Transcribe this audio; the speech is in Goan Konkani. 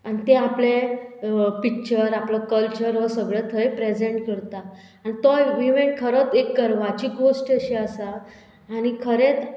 आनी ते आपले पिक्चर आपलो कल्चर हो सगळो थंय प्रेजेंट करता आनी तो इवेंट खरोच एक गर्वाची गोश्ट अशी आसा आनी खरेंत